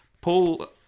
Paul